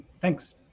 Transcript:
thanks